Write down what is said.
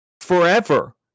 Forever